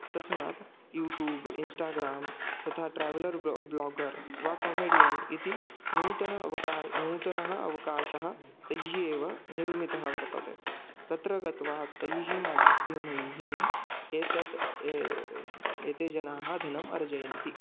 तस्मात् YouTube Instagram तथा traveller ब्ल् ब्लागर् वा कामेडियन् इति नूतन अवका नूतनः अवकाशः तैः एव निर्मितः वर्तते तत्र गत्वा तैः माध्यमैः एतत् एते जनाः धनम् अर्जयन्ति